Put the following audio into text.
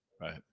right